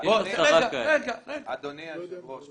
אדוני היושב-ראש,